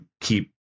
keep